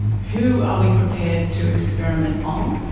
who are we prepared to experiment on,